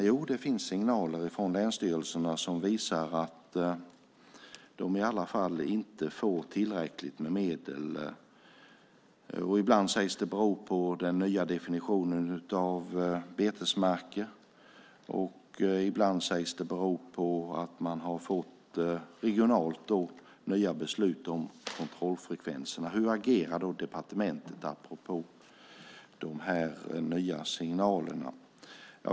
Jo, det finns signaler som visar att de i alla fall inte får tillräckligt med medel. Ibland sägs det bero på den nya definitionen av betesmarker. Ibland sägs det bero på att nya beslut har fattats om kontrollfrekvenserna regionalt. Hur agerar då departementet apropå de nya signalerna?